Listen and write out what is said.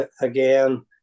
again